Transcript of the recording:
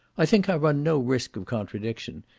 i think i run no risk of contradiction,